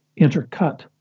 intercut